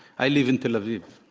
i live in tel aviv.